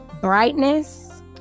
brightness